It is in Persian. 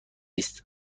است